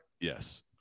Yes